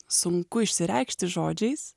sunku išsireikšti žodžiais